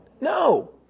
No